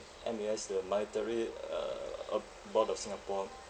M_A_S the monetary err board of singapore